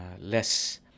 less